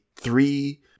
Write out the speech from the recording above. three-